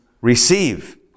Receive